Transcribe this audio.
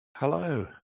Hello